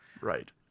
Right